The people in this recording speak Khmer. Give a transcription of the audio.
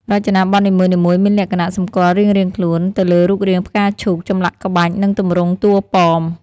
រចនាបថនីមួយៗមានលក្ខណៈសម្គាល់រៀងៗខ្លួន ទៅលើរូបរាងផ្កាឈូក ចម្លាក់ក្បាច់ និងទម្រង់តួប៉ម។